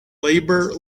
labor